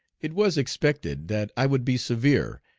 it was expected that i would be severe,